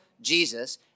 Jesus